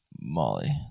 Molly